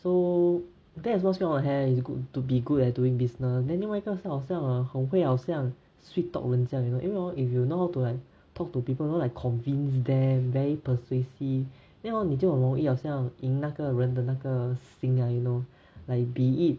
so that's why it's good to be good at doing business then 另外一个是好像啊很会好像 sweet talk 人家 you know 因为 hor if you know how to like talk to people you know like convince them very persuasive then hor 你就很容易好像赢那个人的那个心啊 you know like be it